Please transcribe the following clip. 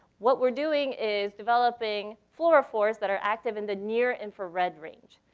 what we're doing is developing fluorophores that are active in the near infrared range.